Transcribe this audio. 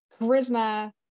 charisma